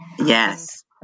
Yes